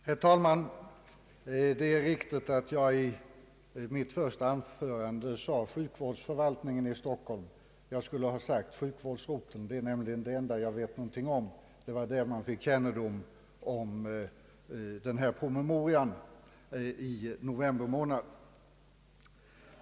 Herr talman! Det är riktigt att jag i mitt första anförande sade sjukvårdsförvaltningen i Stockholm. Jag skulle ha sagt sjukvårdsroteln, som är det enda jag härvidlag vet något om. Det var där man fick kännedom om denna promemoria i november månad.